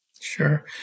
Sure